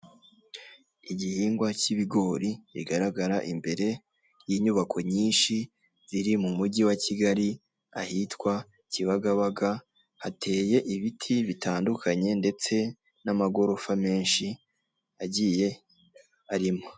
Igihingwa k'ibigori bigaragara imbere y'inyubako nyinshi ziri mu mujyi wa Kigali ahitwa Kibagabaga hateye ibiti bitandukanye ndetse n'amagorofa menshi agiye arimo.